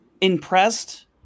impressed